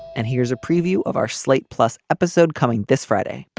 and here's a preview of our slate plus episode coming this friday.